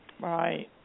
Right